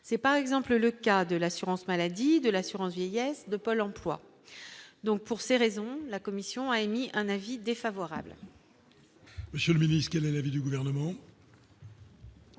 c'est par exemple le cas de l'assurance-maladie, de l'assurance vieillesse de Pôle emploi donc pour ces raisons, la commission a émis un avis défavorable. Monsieur le Ministre, quel est l'avis du gouvernement.